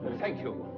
thank you!